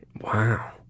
Wow